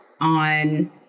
on